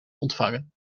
ontvangen